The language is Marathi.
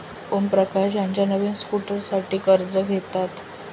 ओमप्रकाश त्याच्या नवीन स्कूटरसाठी कर्ज घेतात